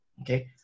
okay